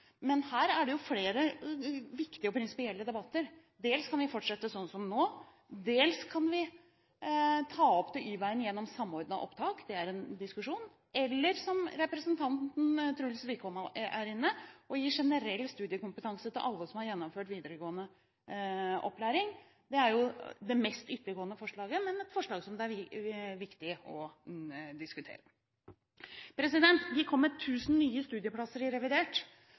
men her er det flere viktige og prinsipielle debatter: Dels kan vi fortsette slik som nå, dels kan vi ta opp til Y-veien gjennom Samordna opptak – det er en diskusjon – eller, som representanten Truls Wickholm er inne på, gi generell studiekompetanse til alle som har gjennomført videregående opplæring. Det er det mest ytterliggående forslaget, men et forslag det er viktig å diskutere. Vi kom med 1 000 nye studieplasser i revidert